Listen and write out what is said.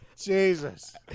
Jesus